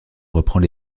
reprend